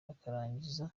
bakarangiza